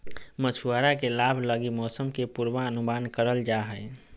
मछुआरा के लाभ लगी मौसम के पूर्वानुमान करल जा हइ